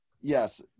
Yes